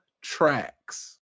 tracks